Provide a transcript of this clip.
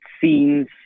scenes